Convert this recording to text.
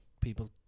people